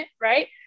right